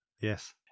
Yes